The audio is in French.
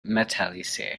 métallisé